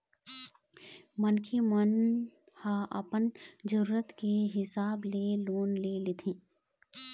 मनखे मन ह अपन जरुरत के हिसाब ले लोन ल लेथे